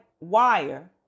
wire